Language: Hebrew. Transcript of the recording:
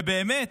ובאמת,